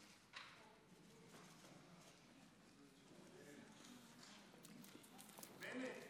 בנט,